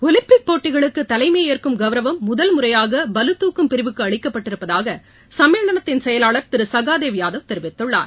Olympic போட்டிகளுக்கு தலைமை ஏற்கும் கௌரவம் முதல் முறையாக பளுதூக்கும் பிரிவுக்கு அளிக்கப்பட்டிருப்பதாக சம்மேளனத்தின் செயலாளர் திரு சகாதேவ் யாதவ் தெரிவித்துள்ளார்